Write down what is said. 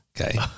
Okay